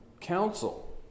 council